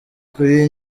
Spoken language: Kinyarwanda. kuri